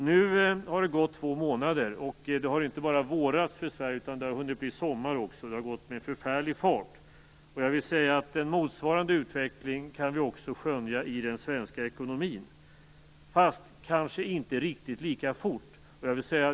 Nu har det gått två månader, och det har inte bara vårats för Sverige utan hunnit bli sommar också, och det har gått med en förfärlig fart. En motsvarande utveckling kan vi också skönja i den svenska ekonomin, fast kanske inte riktigt lika fort.